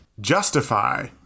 Justify